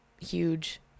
huge